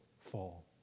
fall